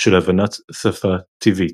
של הבנת שפה טבעית